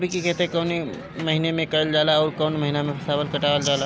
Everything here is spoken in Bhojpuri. रबी की खेती कौने महिने में कइल जाला अउर कौन् महीना में फसलवा कटल जाला?